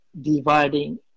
dividing